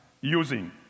using